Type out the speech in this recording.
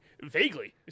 Vaguely